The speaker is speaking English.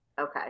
Okay